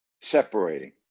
separating